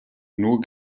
nur